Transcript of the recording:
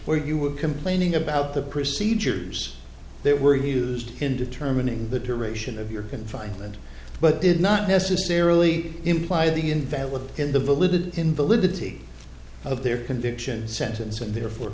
where you were complaining about the procedures that were used in determining the duration of your confinement but did not necessarily imply the invalid in the validity invalidity of their conviction sentence and therefore